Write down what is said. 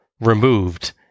removed